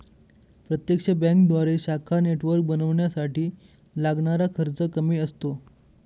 प्रत्यक्ष बँकेद्वारे शाखा नेटवर्क बनवण्यासाठी लागणारा खर्च कमी असतो